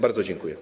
Bardzo dziękuję.